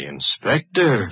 Inspector